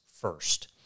first